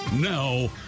Now